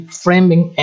framing